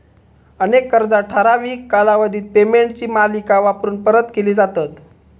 अनेक कर्जा ठराविक कालावधीत पेमेंटची मालिका वापरून परत केली जातत